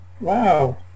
Wow